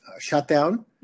shutdown